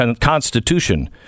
constitution